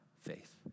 faith